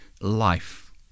life